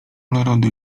narody